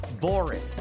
boring